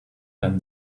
than